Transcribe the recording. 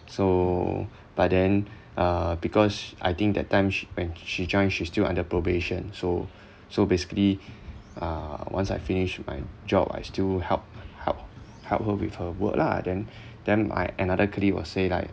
so but then uh because I think that time sh~ when she joined she still under probation so so basically uh once I finish my job I still help help help her with her work lah then then my another colleague will say like